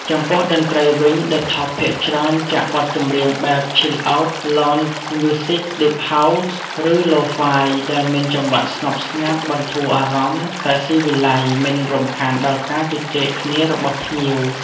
ចំពោះតន្ត្រីវិញ ឌឹ ថប់ ភាគច្រើនចាក់បទចម្រៀងបែប ឈីលអោត (Chill Out), ឡោនច៍ ម្យូស៊ិក (Lounge Music), ឌីប ហោស៍ (Deep House) ឬ ឡូហ្វាយ (Lo-Fi) ដែលមានចង្វាក់ស្ងប់ស្ងាត់ បន្ធូរអារម្មណ៍ តែស៊ីវិល័យ មិនរំខានដល់ការជជែកគ្នារបស់ភ្ញៀវ។